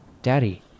Daddy